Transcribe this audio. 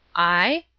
i?